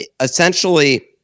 Essentially